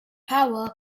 power